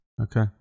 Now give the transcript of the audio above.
Okay